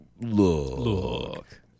look